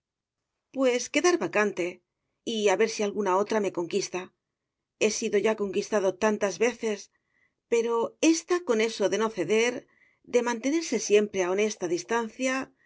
pues quedar vacante y a ver si alguna otra me conquista he sido ya conquistado tantas veces pero ésta con eso de no ceder de mantenerse siempre a honesta distancia